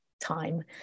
time